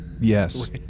Yes